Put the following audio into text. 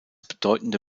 bedeutende